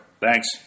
Thanks